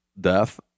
death